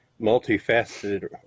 multifaceted